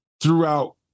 throughout